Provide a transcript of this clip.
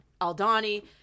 Aldani